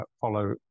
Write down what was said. follow